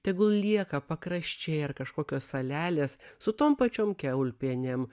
tegul lieka pakraščiai ar kažkokios salelės su tom pačiom kiaulpienėm